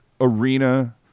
arena